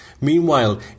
Meanwhile